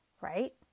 Right